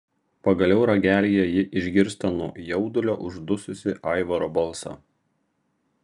pagaliau ragelyje ji išgirsta nuo jaudulio uždususį aivaro balsą